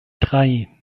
drei